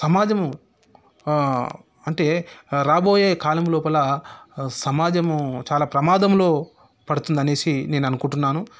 సమాజము అంటే రాబోయే కాలం లోపల సమాజము చాలా ప్రమాదంలో పడుతుంది అనేసి నేను అనుకుంటున్నాను